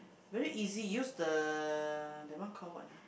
very easy use the that one call what ah